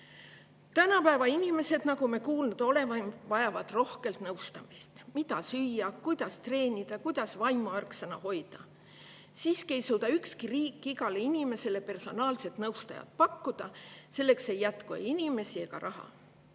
Tänapäeva inimesed, nagu me kuulnud oleme, vajavad rohkem nõustamist – mida süüa, kuidas treenida, kuidas vaimu erksana hoida. Siiski ei suuda ükski riik igale inimesele personaalset nõustajat pakkuda. Selleks ei jätku ei inimesi ega raha.